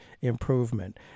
Improvement